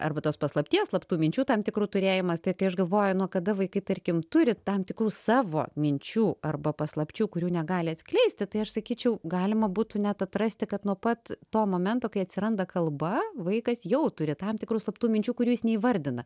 arba tos paslapties slaptų minčių tam tikrų turėjimas tai kai aš galvoju nuo kada vaikai tarkim turi tam tikrų savo minčių arba paslapčių kurių negali atskleisti tai aš sakyčiau galima būtų net atrasti kad nuo pat to momento kai atsiranda kalba vaikas jau turi tam tikrų slaptų minčių kurių jis neįvardina